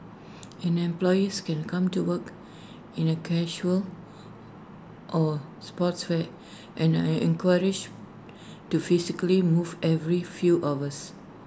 in employees can come to work in A casual or sportswear and are encouraged to physically move every few hours